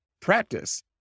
practice